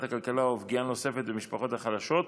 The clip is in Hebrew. הכלכלה ופגיעה נוספת במשפחות החלשות,